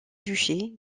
duché